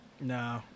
No